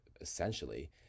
essentially